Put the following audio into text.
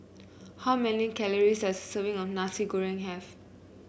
how many calories does serving of Nasi Goreng have